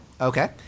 Okay